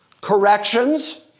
Corrections